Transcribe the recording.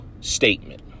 statement